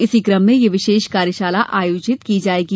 इसी क्रम में यह विशेष कार्यशाला आयोजित की जायेगी